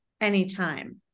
anytime